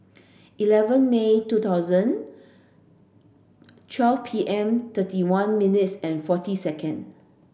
eleven May two thousand twelve P M thirty one minutes and forty second